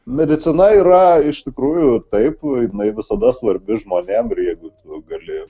medicina yra iš tikrųjų taip jinai visada svarbi žmonėm ir jeigu tu gali